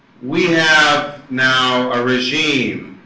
we have now a regime